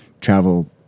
travel